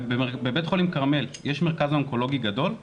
בבית חולים כרמל יש מרכז אונקולוגי גדול?